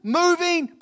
moving